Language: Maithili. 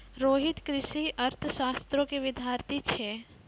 रोहित कृषि अर्थशास्त्रो के विद्यार्थी छै